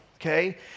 Okay